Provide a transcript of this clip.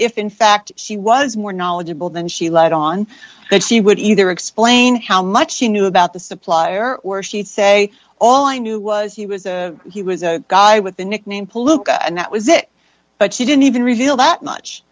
if in fact she was more knowledgeable than she let on that she would either explain how much she knew about the supplier or she say all i knew was he was he was a guy with the nickname palooka and that was it but she didn't even reveal that much